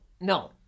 No